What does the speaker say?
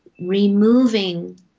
removing